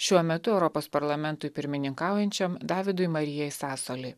šiuo metu europos parlamentui pirmininkaujančiam davidui marijai sasoli